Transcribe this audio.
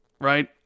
Right